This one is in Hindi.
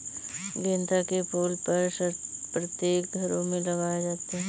गेंदा के फूल प्रायः प्रत्येक घरों में लगाए जाते हैं